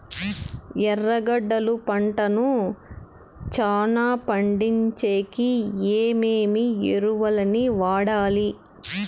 ఎర్రగడ్డలు పంటను చానా పండించేకి ఏమేమి ఎరువులని వాడాలి?